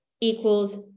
equals